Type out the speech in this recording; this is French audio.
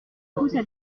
poussent